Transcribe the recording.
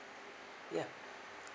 ya